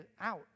out